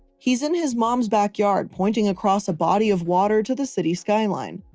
he's in his mom's backyard pointing across a body of water to the city skyline.